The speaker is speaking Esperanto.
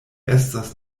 estas